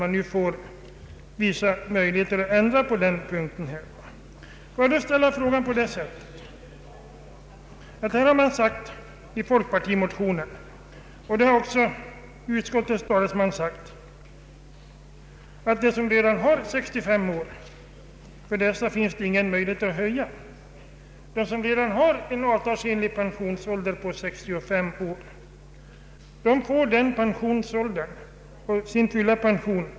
I folkpartimotionen sägs — det har också utskottets talesman gjort — att det inte finns någon möjlighet till höjning för dem som redan har en pensionsålder vid 65 år. De som alltså redan har en avtalsmässig pensionsålder på 65 år får full pension efter 30 arbetsår.